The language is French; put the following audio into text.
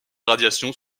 radiations